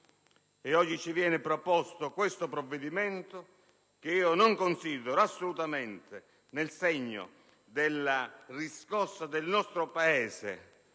Oggi ci viene proposto questo provvedimento, che io non considero assolutamente nel segno della riscossa del nostro Paese